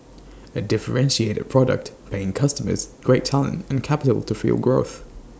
A differentiated product paying customers great talent and capital to fuel growth